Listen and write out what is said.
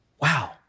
wow